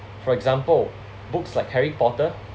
for example books like harry porter